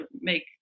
make